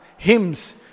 Hymns